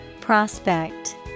Prospect